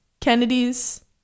Kennedy's